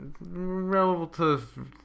relative